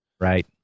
Right